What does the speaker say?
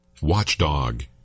Watchdog